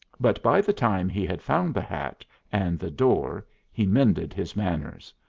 but by the time he had found the hat and the door he mended his manners.